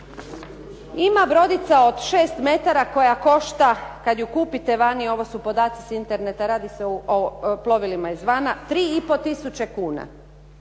Ima brodica od 6 metara koja košta kad ju kupite vani, ovo su podaci s interneta, radi se o plovilima izvana, 3,5 tisuće kuna